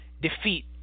defeat